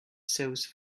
sauce